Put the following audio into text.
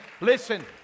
listen